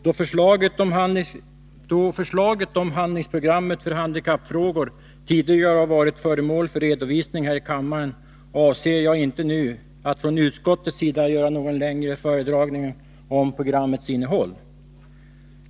Då förslaget om handlingsprogrammet för handikappfrågor tidigare har varit föremål för redovisning här i kammaren, avser jag inte nu att från utskottets sida göra någon längre föredragning om programmets innehåll.